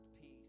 peace